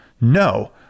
no